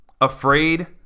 afraid